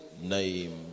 name